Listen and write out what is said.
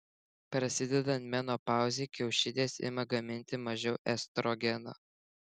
prasidedant menopauzei kiaušidės ima gaminti mažiau estrogeno